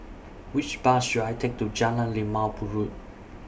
Which Bus should I Take to Jalan Limau Purut